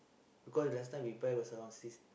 because last time we buy was around six